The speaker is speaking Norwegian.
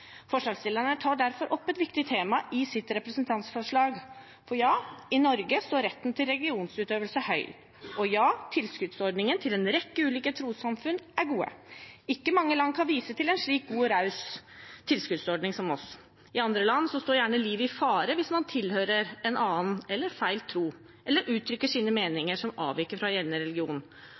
Forslagsstillerne tar derfor opp et viktig tema i sitt representantforslag, for ja, i Norge står retten til religionsutøvelse høyt, og ja, tilskuddsordningen til en rekke ulike trossamfunn er god. Ikke mange land kan vise til en slik god og raus tilskuddsordning som oss. I andre land står gjerne livet i fare hvis man tilhører en annen eller feil tro, eller uttrykker meninger som avviker fra gjeldende religion.